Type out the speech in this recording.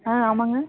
ஆ ஆமாங்க